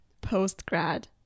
post-grad